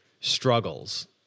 struggles